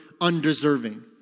undeserving